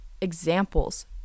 examples